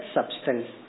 Substance